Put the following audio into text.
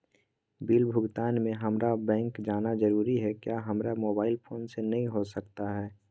Bill भुगतान में हम्मारा बैंक जाना जरूर है क्या हमारा मोबाइल फोन से नहीं हो सकता है?